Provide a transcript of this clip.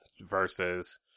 versus